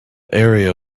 area